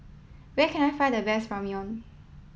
where can I find the best Ramyeon